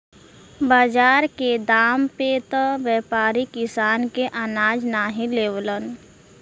बाजार के दाम पे त व्यापारी किसान के अनाज नाहीं लेवलन